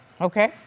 Okay